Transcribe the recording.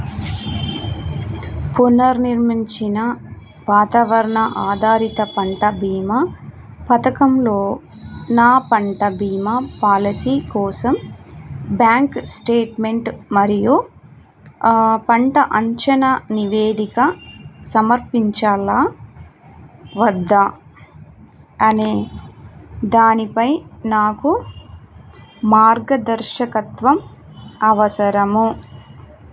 పునర్నిర్మించిన వాతావరణ ఆధారిత పంట భీమా పథకంలో నా పంట భీమా పాలసీ కోసం బ్యాంక్ స్టేట్మెంట్ మరియు పంట అంచనా నివేదిక సమర్పించాలా వద్దా అనే దానిపై నాకు మార్గదర్శకత్వం అవసరము